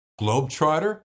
globetrotter